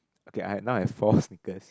okay I had now I've four sneakers